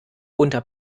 unter